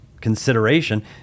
consideration